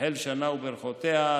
תחל שנה וברכותיה.